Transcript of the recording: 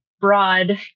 broad